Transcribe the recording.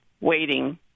waiting